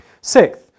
Sixth